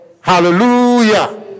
Hallelujah